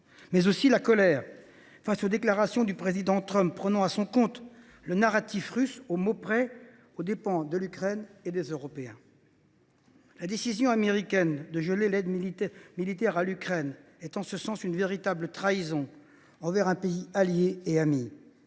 aussi, face aux déclarations du président Trump, prenant à son compte le narratif russe au mot près, aux dépens de l’Ukraine et des Européens. La décision américaine de geler l’aide militaire à l’Ukraine est en ce sens une véritable trahison envers un pays allié et ami.